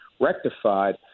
rectified